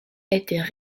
étaient